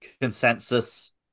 consensus